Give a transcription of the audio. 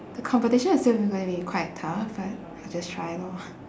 the competition is still gonna be quite tough but I just try lor